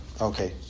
Okay